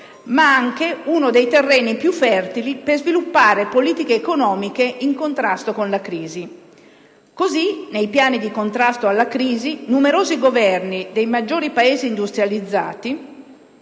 sia anche uno dei terreni più fertili per sviluppare politiche economiche in contrasto con la crisi. Così, in numerosi piani di contrasto alla crisi dei Governi dei maggiori Paesi industrializzati,